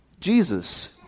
Jesus